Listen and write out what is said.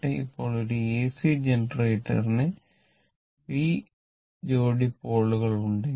ഇപ്പോൾ ഒരു എസി ജനറേറ്ററിന് p ജോഡി പോളുകളുണ്ടെങ്കിൽ